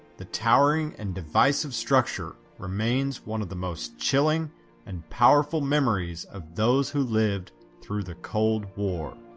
the towering and divisive structure remains one of the most chilling and powerful memories of those who lived through the cold war.